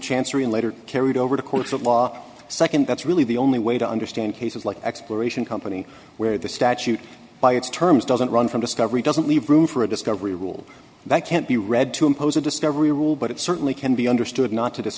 chancery and later carried over to courts of law nd that's really the only way to understand cases like exploration company where the statute by its term doesn't run from discovery doesn't leave room for a discovery rule that can't be read to impose a discovery rule but it certainly can be understood not to